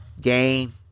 game